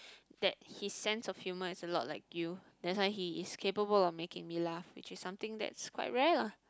that his sense of humour is a lot like you that's why he is capable of making me laugh which is something that's quite rare lah